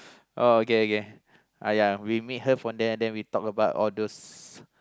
oh okay okay uh yeah we meet her from there then we talk about all those